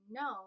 no